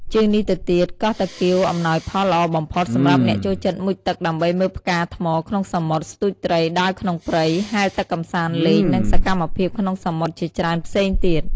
ជាងនេះទៅទៀត កោះតាគៀវអំណោយផលល្អបំផុត សម្រាប់អ្នកចូលចិត្តមុជទឹកដើម្បីមើលផ្កាថ្មក្នុងសមុទ្រ ស្ទួចត្រី ដើរក្នុងព្រៃ ហែលទឹកកម្សាន្តលេង និងសកម្មភាពក្នុងសមុទ្រជាច្រើនផ្សេងទៀត។